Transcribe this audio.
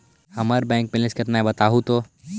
हमर bank balance केतना है बताहु तो?